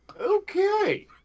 Okay